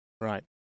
Right